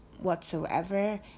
whatsoever